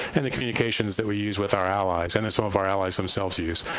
and the communications that we use with our allies, and that some of our allies themselves use.